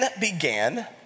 began